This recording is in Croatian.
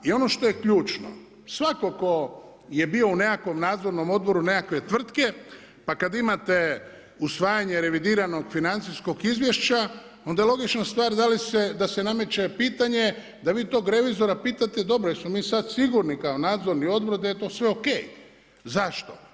I ono što je ključno, svako ko je bio u nekakvom nadzornom odboru nekakve tvrtke pa kada imate usvajanje revidiranog financijskog izvješća onda je logična stvar da se nameće pitanje da vi tog revizora pitate, dobro jesmo mi sada sigurni kao nadzorni odbor da je to sve o.k. Zašto?